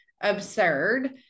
absurd